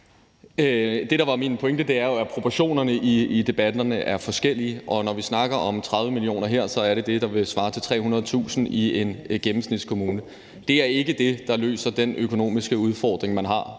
Det, der var min pointe, var jo, at proportionerne i debatterne er forskellige. Når vi snakker om 30 mio. kr. her, er det det, der vil svare til 300.000 kr. i en gennemsnitskommune. Det er ikke det, der løser den økonomiske udfordring, man har